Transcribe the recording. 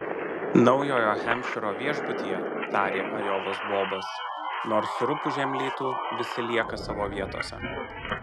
naujojo hampšyro viešbutyje tarė ajovos bobas nors rupūžėm lytų visi lieka savo vietose